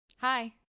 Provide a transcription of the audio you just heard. Hi